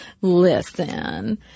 listen